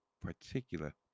particular